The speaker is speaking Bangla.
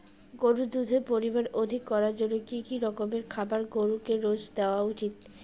গরুর দুধের পরিমান অধিক করার জন্য কি কি রকমের খাবার গরুকে রোজ দেওয়া উচিৎ?